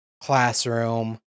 classroom